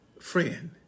friend